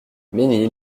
mesnil